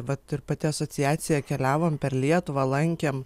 vat ir pati asociacija keliavom per lietuvą lankėm